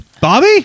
Bobby